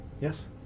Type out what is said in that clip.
Yes